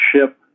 ship